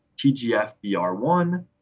TGFBR1